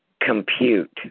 compute